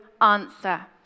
answer